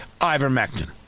ivermectin